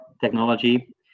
technology